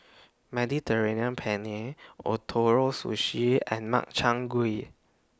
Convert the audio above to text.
Mediterranean Penne Ootoro Sushi and Makchang Gui